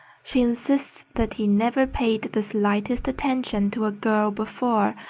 she insists that he never paid the slightest attention to a girl before,